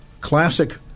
classic